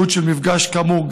תיעוד של מפגש כאמור,